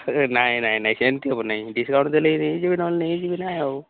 ଆଚ୍ଛା ନାଇଁ ନାଇଁ ସେମିତି ହେବ ନାଇଁ ଡିସକାଉଣ୍ଟ ଦେଲେ ନେଇ ଯିବି ନହେଲେ ନେଇ ଯିବି ନାଇଁ ଆଉ